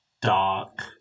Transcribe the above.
dark